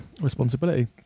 responsibility